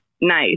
nice